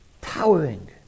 towering